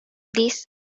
this